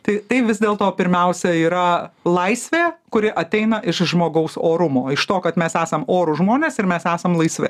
tai tai vis dėl to pirmiausia yra laisvė kuri ateina iš žmogaus orumo iš to kad mes esam orūs žmonės ir mes esam laisvi